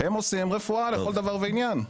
הם עושים רפואה לכל דבר ועניין.